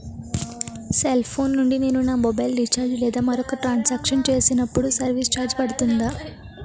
Cell phone నుండి నేను నా మొబైల్ రీఛార్జ్ లేదా మరొక ట్రాన్ సాంక్షన్ చేసినప్పుడు సర్విస్ ఛార్జ్ పడుతుందా?